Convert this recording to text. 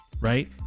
right